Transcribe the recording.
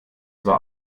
zwar